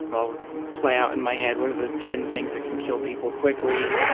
i'll play out in my head, what are the ten things that can kill people quickly?